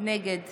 נגד